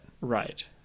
right